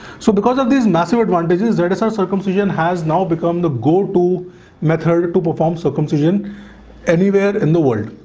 so because of this massive advantages there are so circumcision has now become the goal to meet her to to perform circumcision anywhere in the world.